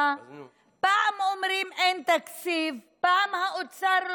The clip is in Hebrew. אין מה להסביר פה.